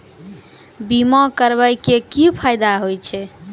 बीमा करबै के की फायदा होय छै?